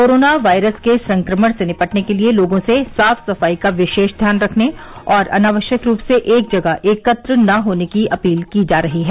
corona virus के संक्रमण से निपटने के लिए लोगों से साफ सफाई का विशेष ध्यान रखने और अनावश्यक रूप से एक जगह एकत्र न होने की अपील की जा रही है